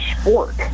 sport